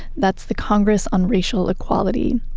that's the congress on racial equality.